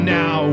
now